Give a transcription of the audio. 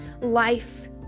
life